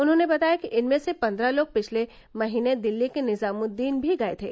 उन्होंने बताया कि इनमें से पंद्रह लोग पिछले महीने दिल्ली के निजामुद्दीन भी गए थे